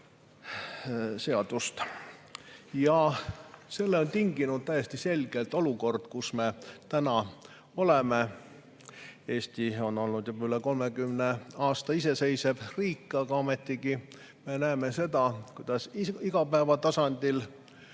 Selle on tinginud täiesti selgelt olukord, kus me täna oleme. Eesti on olnud juba üle 30 aasta iseseisev riik, aga ometigi me näeme seda, et igapäevatasandil